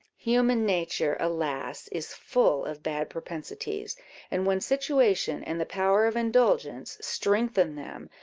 human nature, alas! is full of bad propensities and when situation and the power of indulgence strengthen them,